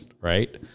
Right